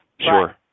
Sure